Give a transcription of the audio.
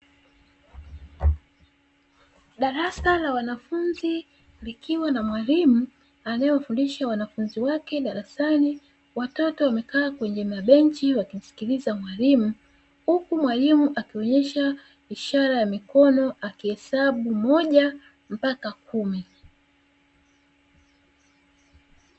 Darasa la wanafunzi likiwa na mwalimu anayefundisha wanafunzi wake darasani, watatu wamekaa kwenye mabenchi wakimsikiliza mwalimu huku mwalimu akionesha ishara ya mikono, akihesabu moja mpaka kumi.